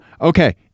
Okay